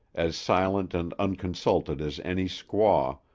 as silent and unconsulted as any squaw,